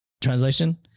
Translation